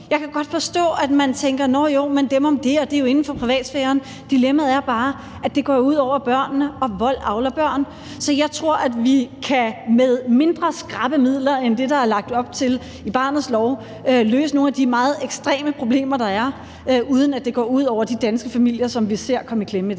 Jeg kan godt forstå, at man tænker: Dem om det – det er inden for privatsfæren. Dilemmaet er bare, at det går ud over børnene, og vold avler vold. Så jeg tror, at vi med mindre skrappe midler end det, der er lagt op til i barnets lov, kan løse nogle af de meget ekstreme problemer, der er, uden at det går ud over de danske familier, som vi ser komme i klemme i dag.